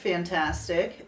Fantastic